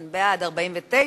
בעד, 49,